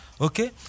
Okay